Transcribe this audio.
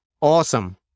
awesome